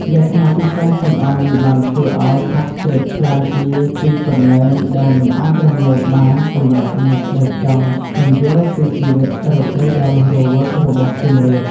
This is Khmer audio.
លក្ខណៈពិសេសទាំងអស់នេះបានធ្វើឲ្យ ផាប់ ស្ទ្រីត ក្លាយជាទីកន្លែងដែលមិនអាចរំលងបានសម្រាប់អ្នកដែលចង់ស្វែងយល់ពីជីវិតរាត្រីដ៏រស់រវើករបស់សៀមរាប។